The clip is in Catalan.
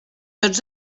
tots